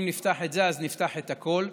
אם נפתח את זה, אז נפתח את הכול.